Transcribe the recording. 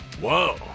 Whoa